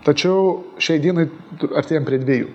tačiau šiai dienai artėjam prie dviejų